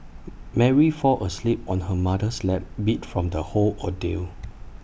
Mary fall asleep on her mother's lap beat from the whole ordeal